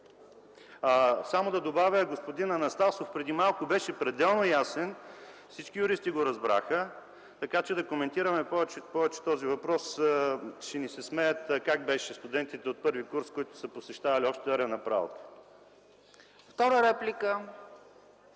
Нека да добавя, че господин Анастасов преди малко беше пределно ясен, всички юристи го разбраха, така че да коментираме повече този въпрос – ще ни се смеят, как беше, студентите от първи курс, които са посещавали „Обща теория на правото”.